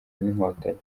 n’inkotanyi